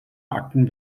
akten